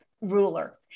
ruler